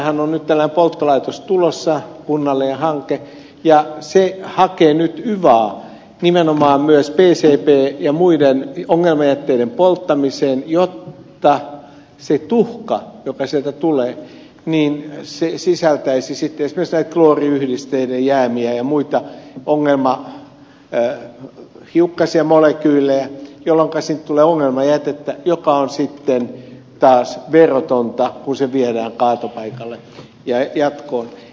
vantaallehan on nyt tällainen polttolaitos tulossa kunnallinen hanke joka hakee nyt yvaa nimenomaan myös pcb ja muiden ongelmajätteiden polttamiseen jotta se tuhka joka sieltä tulee sisältäisi sitten esimerkiksi näitä klooriyhdisteiden jäämiä ja muita ongelmahiukkasia molekyylejä jolloinka siitä tulee ongelmajätettä joka on sitten taas verotonta kun se viedään kaatopaikalle ja jatkoon